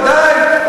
ודאי.